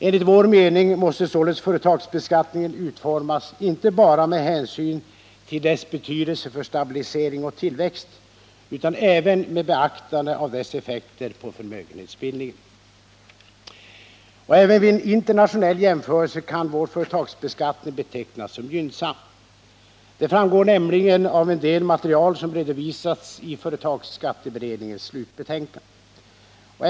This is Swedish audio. Enligt vår mening måste således företagsbeskattningen utformas inte bara med hänsyn till dess betydelse för stabilisering och tillväxt utan även med beaktande av dess effekter på förmögenhetsbildningen. Även vid en internationell jämförelse kan vår företagsbeskattning betecknas som gynnsam. Det framgår nämligen av en del material som redovisats i företagsbeskattningens slutbetänkande.